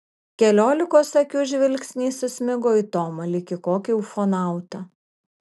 keliolikos akių žvilgsniai susmigo į tomą lyg į kokį ufonautą